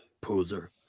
poser